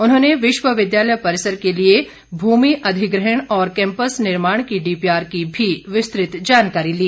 उन्होंने विश्वविद्यालय परिसर के लिए भूमि अधिग्रहण और कैंपस निर्माण की डीपीआर की भी विस्तृत जानकारी ली